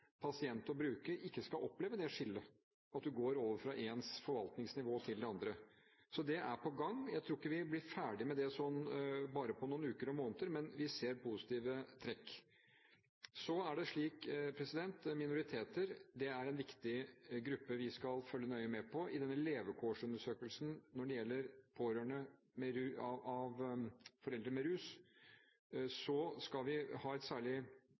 pasient og bruker ikke skal oppleve det skillet, at du går over fra et forvaltningsnivå til et annet. Så det er på gang. Jeg tror ikke vi blir ferdige med det bare på noen uker og måneder, men vi ser positive trekk. Så er det slik at minoriteter er en viktig gruppe vi skal følge nøye med på. Når det gjelder denne levekårsundersøkelsen om pårørende av foreldre med rusproblemer, skal vi ha særlig